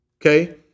Okay